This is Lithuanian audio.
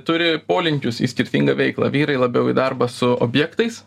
turi polinkius į skirtingą veiklą vyrai labiau į darbą su objektais